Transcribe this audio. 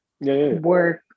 work